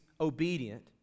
obedient